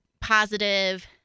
positive